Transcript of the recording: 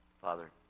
Father